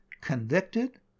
convicted